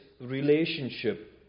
relationship